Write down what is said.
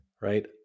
right